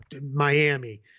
Miami